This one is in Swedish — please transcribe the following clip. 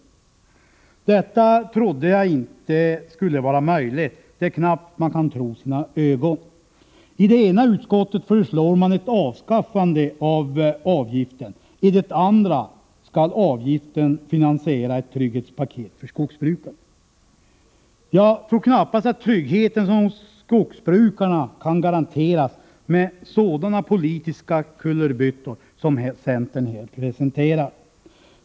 Jag kunde inte tänka mig att detta skulle vara möjligt. Det är knappt man kan tro sina ögon. I det ena utskottet föreslår centern ett avskaffande av skogsvårdsavgiften, i det andra att avgiften skall finansiera ett trygghetspaket för skogsbrukare. Tryggheten för skogsbrukarna kan knappast garanteras med sådana politiska kullerbyttor som centern här presterar.